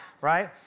right